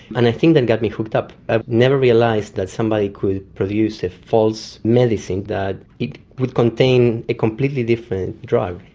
and i think that got me hooked up. i ah never realised that somebody could produce a false medicine, that it would contain a completely different drug.